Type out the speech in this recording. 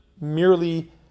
merely